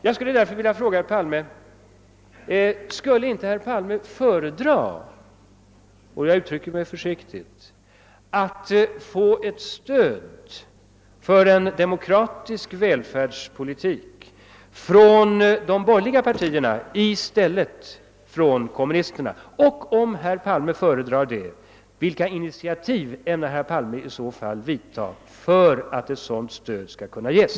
Jag skulle därför vilja fråga herr Palme: Skulle inte herr Palme föredra — jag uttrycker mig försiktigt — att få ett stöd för en demokratisk välfärdspolitik från de borgerliga partierna framför att få det från kommunisterna? Om herr Palme föredrar det, vilka initiativ avser herr Palme i så fall att ta för att ett sådant stöd skall kunna ges.